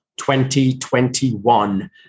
2021